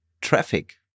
traffic